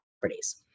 properties